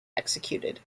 executed